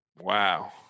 Wow